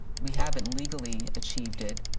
we haven't legally achieved it,